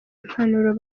impanuro